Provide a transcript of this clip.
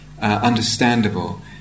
understandable